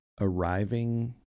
arriving